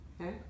Okay